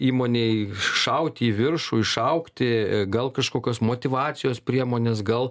įmonei šauti į viršų išaugti gal kažkokios motyvacijos priemonės gal